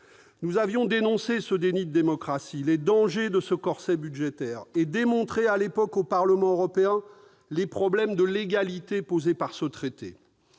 Nous avions dénoncé ce déni de démocratie, ainsi que les dangers de ce corset budgétaire, et démontré à l'époque au Parlement européen les problèmes de légalité posés par ce traité.